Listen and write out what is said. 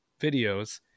videos